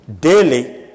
daily